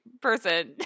person